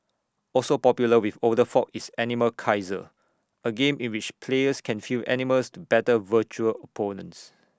also popular with older folk is animal Kaiser A game in which players can field animals to battle virtual opponents